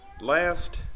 last